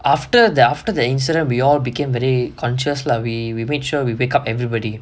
after that after the incident we all became very conscious lah we we made sure we wake up everybody